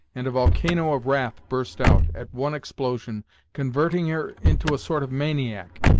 and a volcano of wrath burst out, at one explosion, converting her into a sort of maniac,